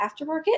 aftermarket